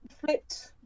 flipped